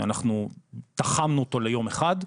אנחנו תחמנו אותו ליום אחד.